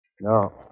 No